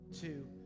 two